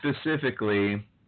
specifically